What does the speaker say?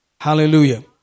Hallelujah